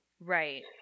Right